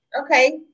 Okay